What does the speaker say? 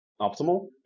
optimal